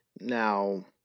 Now